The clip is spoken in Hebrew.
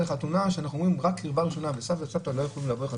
כשאנחנו אומרים רק קרבה ראשונה וסבא וסבתא לא יכולים לבוא לחתונה,